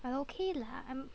I okay lah I'm